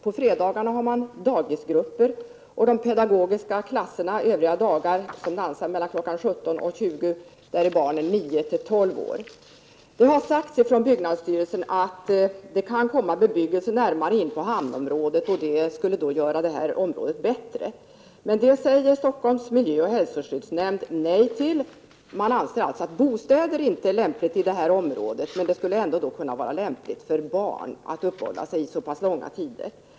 På fredagarna har man nämligen dagisgrupper. I de pedago Det har sagts från byggnadsstyrelsen att det kan komma bebyggelse närmare in på hamnområdet. Det skulle göra området bättre. Men det säger Stockholms miljöoch hälsoskyddsnämnd nej till. Man anser alltså att det inte är lämpligt med bostäder i detta område. Men det skulle således ändå kunna vara lämpligt för barn att uppehålla sig där så pass långa tider.